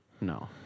No